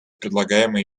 предлагаемые